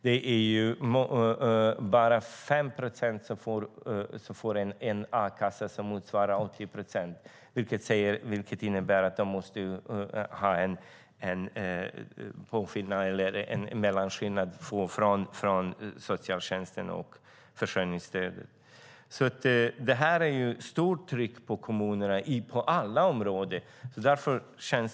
Det är bara 5 procent som får en a-kassa som motsvarar 80 procent, vilket innebär att de måste få mellanskillnaden från socialtjänsten genom försörjningsstödet. Det är ett stort tryck på kommunerna på alla områden.